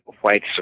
white